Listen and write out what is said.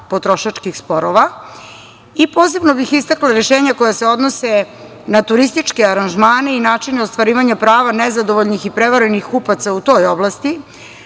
potrošačkih sporova. Posebno bih istakla rešenja koja se odnose na turističke aranžmane i načine ostvarivanja prava nezadovoljnih i prevarenih kupaca u toj oblasti.